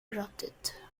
erupted